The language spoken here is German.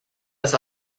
das